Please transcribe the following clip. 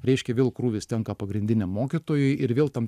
reiškia vėl krūvis tenka pagrindiniam mokytojui ir vėl tam